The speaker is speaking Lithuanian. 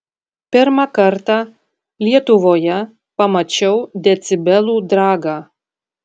pirmą kartą lietuvoje pamačiau decibelų dragą